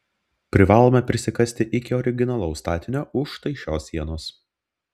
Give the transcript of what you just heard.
privalome prisikasti iki originalaus statinio už štai šios sienos